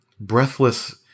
breathless